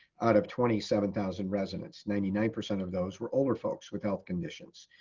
out of twenty seven thousand residents. ninety nine percent of those were older folks with health conditions.